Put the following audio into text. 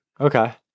Okay